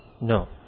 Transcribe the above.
No